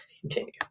continue